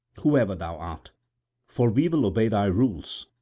whoever thou art for we will obey thy rules,